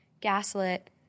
gaslit